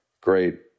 great